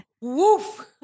Woof